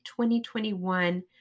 2021